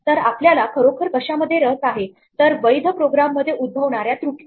तर आपल्याला खरोखर कशामध्ये रस आहे तर वैध प्रोग्राम मध्ये उद्भवणाऱ्या त्रुटी